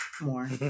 more